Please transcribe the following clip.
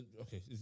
okay